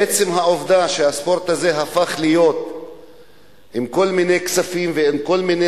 עצם העובדה שהספורט הזה הפך להיות עם כל מיני כספים ועם כל מיני